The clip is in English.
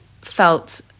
felt